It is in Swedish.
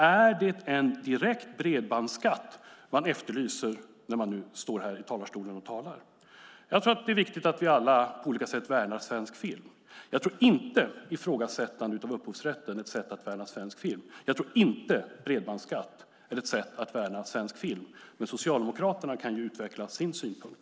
Är det en direkt bredbandsskatt man efterlyser när man nu står här i talarstolen och talar? Det är viktigt att vi alla på olika sätt värnar svensk film. Jag tror inte att ifrågasättande av upphovsrätten är ett sätt att värna svensk film. Jag tror inte att bredbandsskatt är ett sätt att värna svensk film. Men Socialdemokraterna kan utveckla sin synpunkt.